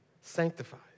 sanctifies